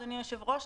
אדוני היושב-ראש,